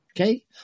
Okay